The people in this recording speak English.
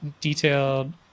detailed